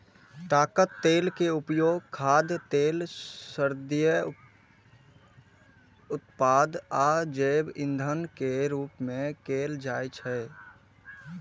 ताड़क तेल के उपयोग खाद्य तेल, सौंदर्य उत्पाद आ जैव ईंधन के रूप मे कैल जाइ छै